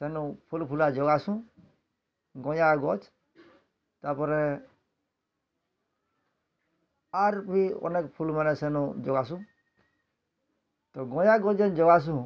ସେନୁ ଫୁଲ୍ଫୁଲା ଜଗାସୁଁ ଗୟା ଗଛ୍ ତାପରେ ଆର୍ ବି ଅନେକ ଫୁଲ୍ମାନେ ସେନୁ ଜଗାସୁଁ ତ ଗୟା ଗଛ୍ ଯେନ୍ ଜଗାସୁଁ